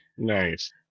nice